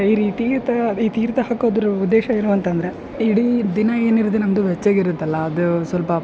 ಈರಿ ತೀರ್ಥ ಈ ತೀರ್ಥ ಹಾಕೋದ್ರ ಉದ್ದೇಶ ಏನು ಅಂತಂದ್ರೆ ಇಡೀ ದಿನ ಏನಿರುತ್ತೆ ನಮ್ದು ಬೆಚ್ಚಗೆ ಇರುತ್ತಲ್ಲ ಅದು ಸ್ವಲ್ಪ